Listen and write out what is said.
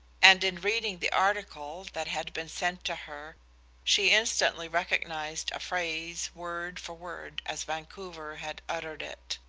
and in reading the article that had been sent to her she instantly recognized a phrase, word for word as vancouver had uttered it.